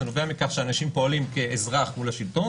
זה נובע מכך שאנשים פועלים כאזרח מול השלטון